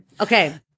Okay